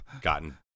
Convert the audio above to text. gotten